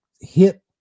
hit